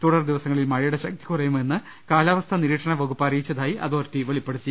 തുടർദിവസങ്ങളിൽ മഴയുടെ ശക്തി കുറയുമെന്ന് കാലാവസ്ഥാ നിരീക്ഷണ വകുപ്പ് അറിയിച്ചതായി അതോ റിറ്റി വെളിപ്പെടുത്തി